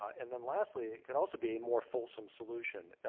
and then, lastly, it could also be a more fulsome solution.